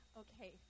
okay